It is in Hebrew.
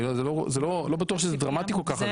אני לא בטוח שזה דרמטי כל כך.